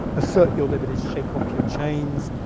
assert your liberties, shake off your chains,